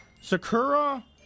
Sakura